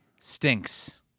stinks